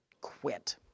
quit